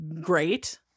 great